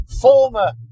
former